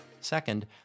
Second